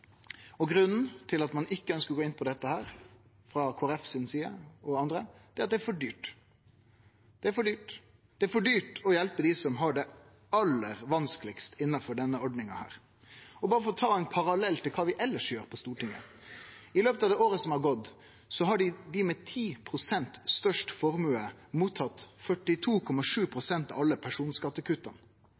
å gå inn på dette, er at det er for dyrt. Det er for dyrt å hjelpe dei som har det aller mest vanskeleg innanfor denne ordninga. For å ta ein parallell til kva vi elles gjer på Stortinget, har i løpet av året som er gått, dei 10 pst. med størst formue fått 42,7 pst. av alle